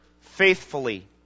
faithfully